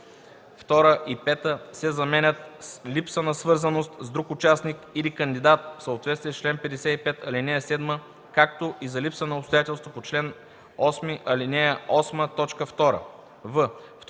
2 и 5” се заменят с „липса на свързаност с друг участник или кандидат в съответствие с чл. 55, ал. 7, както и за липса на обстоятелство по чл. 8, ал. 8, т.